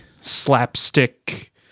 slapstick